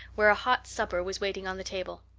where a hot supper was waiting on the table.